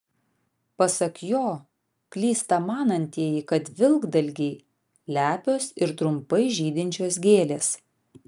pasak jo klysta manantieji kad vilkdalgiai lepios ir trumpai žydinčios gėlės